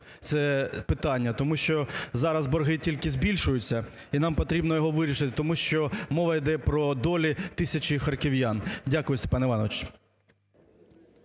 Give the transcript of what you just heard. це питання, тому що зараз борги тільки збільшуються, і нам потрібно його вирішити, тому що мова йде про долі тисячі харків'ян. Дякую, Степане Івановичу.